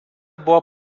buvo